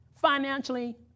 financially